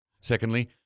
Secondly